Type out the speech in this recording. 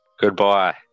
Goodbye